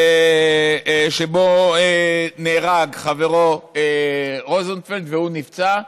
שבו נהרג חברו רוזנפלד והוא נפצע.